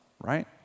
right